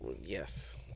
yes